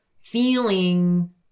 feeling